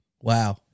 Wow